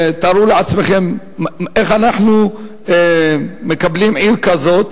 ותארו לעצמכם איך אנחנו מקבלים עיר כזאת.